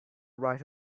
right